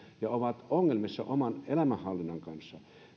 ja ovat ongelmissa oman elämänhallintansa kanssa